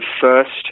first